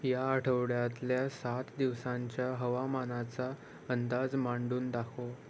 या आठवड्यातल्या सात दिवसांच्या हवामानाचा अंदाज मांडून दाखव